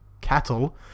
cattle